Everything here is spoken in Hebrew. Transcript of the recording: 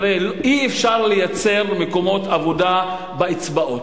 אי-אפשר לייצר מקומות עבודה באצבעות.